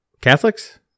Catholics